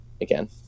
again